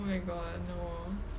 oh my god no